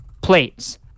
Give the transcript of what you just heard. plates